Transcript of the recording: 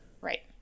right